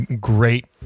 great